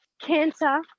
Cancer